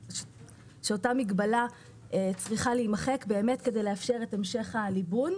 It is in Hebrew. שאותה מגבלה צריכה להימחק כדי לאפשר את המשך הליבון.